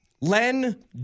Len